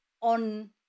on